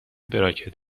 براکت